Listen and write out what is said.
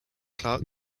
clark